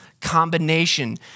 combination